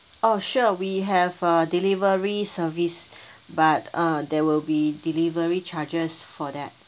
oh sure we have a delivery service but uh there will be delivery charges for that